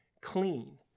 Clean